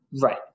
Right